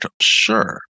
Sure